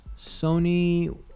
Sony